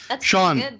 Sean